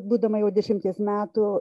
būdama jau dešimties metų